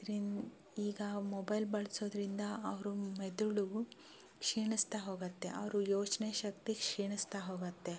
ಇದ್ರಿನ್ ಈಗ ಮೊಬೈಲ್ ಬಳಸೋದ್ರಿಂದ ಅವ್ರ ಮೆದುಳು ಕ್ಷೀಣಿಸ್ತಾ ಹೋಗತ್ತೆ ಅವ್ರ ಯೋಚನೆ ಶಕ್ತಿ ಕ್ಷೀಣಿಸ್ತಾ ಹೋಗತ್ತೆ